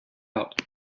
out